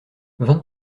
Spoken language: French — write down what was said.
vingt